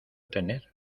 tener